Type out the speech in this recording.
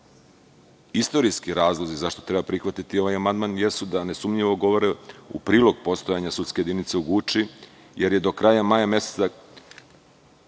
Istorijski razlozi zašto treba prihvatiti ovaj amandman jesu da nesumnjivo govore u prilog postojanja sudske jedinice u Guči, jer od kraja maja meseca